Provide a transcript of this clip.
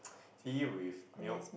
tea with milk